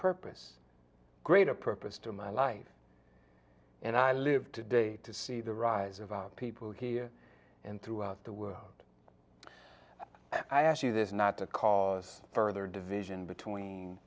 purpose greater purpose to my life and i live today to see the rise of our people here and throughout the world i ask you this not to cause further division between